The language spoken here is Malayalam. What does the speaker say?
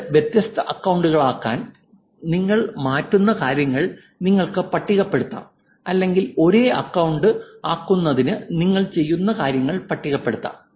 രണ്ട് വ്യത്യസ്ത അക്കൌണ്ടുകളാക്കാൻ നിങ്ങൾ മാറ്റുന്ന കാര്യങ്ങൾ നിങ്ങൾക്ക് പട്ടികപ്പെടുത്താം അല്ലെങ്കിൽ ഒരേ അക്കൌണ്ട് ആക്കുന്നതിന് നിങ്ങൾ ചെയ്യുന്ന കാര്യങ്ങൾ പട്ടികപ്പെടുത്താം